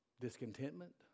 discontentment